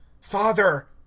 Father